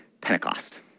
Pentecost